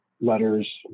letters